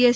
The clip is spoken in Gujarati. એસ